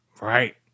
Right